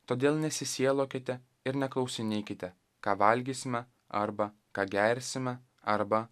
todėl nesisielokite ir neklausinėkite ką valgysime arba ką gersime arba